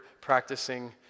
practicing